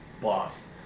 boss